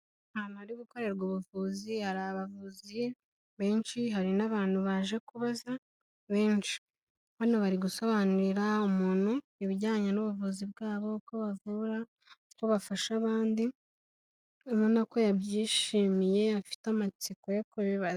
Ahantu hari gukorerwa ubuvuzi, hari abavuzi benshi, hari n'abantu baje kubaza. Benshi hano bari gusobanurira umuntu ibijyanye n'ubuvuzi bwabo; uko bafasha abandi. Ubona ko yabyishimiye, afite amatsiko yo kubibaza.